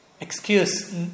excuse